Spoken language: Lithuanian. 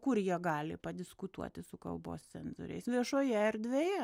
kur jie gali padiskutuoti su kalbos cenzoriais viešoje erdvėje